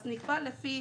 אז נקבע לפי